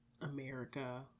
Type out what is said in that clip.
america